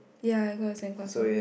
ya I got a sandcastle